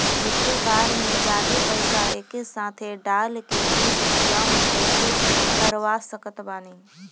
एके बार मे जादे पईसा एके साथे डाल के किश्त कम कैसे करवा सकत बानी?